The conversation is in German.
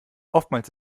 oftmals